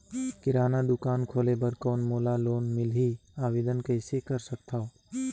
किराना दुकान खोले बर कौन मोला लोन मिलही? आवेदन कइसे कर सकथव?